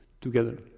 Together